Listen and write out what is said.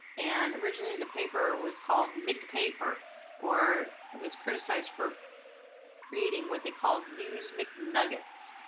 and originally the paper was called mcpaper or was criticized for creating what they called, news mcnuggets.